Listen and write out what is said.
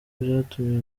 byatumye